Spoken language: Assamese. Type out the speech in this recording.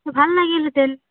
ভাল লাগিলহেঁতেন